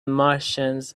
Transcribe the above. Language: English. martians